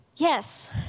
Yes